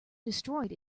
destroyed